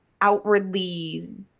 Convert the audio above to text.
outwardly